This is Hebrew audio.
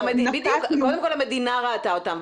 קודם כל המדינה ראתה אותם.